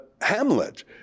Hamlet